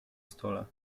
stole